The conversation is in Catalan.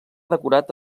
decorat